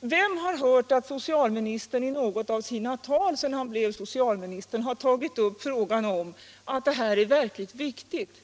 Vem har hört att socialministern i något av sina tal sagt att det här är en verkligt viktig fråga?